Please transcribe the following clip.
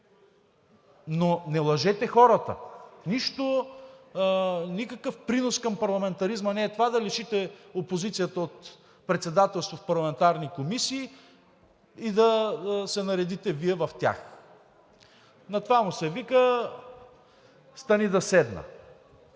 но не лъжете хората! Никакъв принос към парламентаризма не е това да лишите опозицията от председателство в парламентарни комисии и да се наредите Вие в тях. На това му се вика: „Стани да седна!“